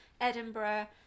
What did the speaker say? edinburgh